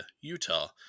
Utah